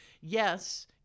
yes